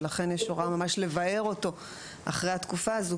ולכן יש הוראה לבער אותו ממש אחרי התקופה הזאת